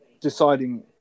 deciding